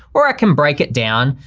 or i can break it down.